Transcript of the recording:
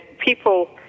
people